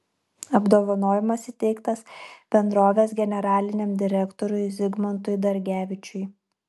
apdovanojimas įteiktas bendrovės generaliniam direktoriui zigmantui dargevičiui